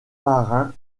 marin